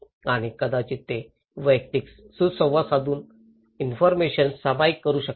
आणि कदाचित ते वैयक्तिक सुसंवाद साधून इन्फॉरमेशन सामायिक करू शकतात